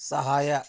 ಸಹಾಯ